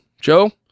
Joe